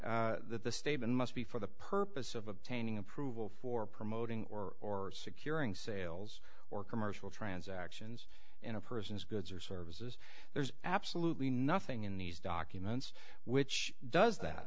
that the statement must be for the purpose of obtaining approval for promoting or securing sales or commercial transactions in a person's goods or services there's absolutely nothing in these documents which does that